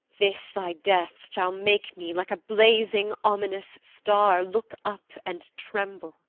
this thy death shall make me, like a blazing ominous star, look up and tremble.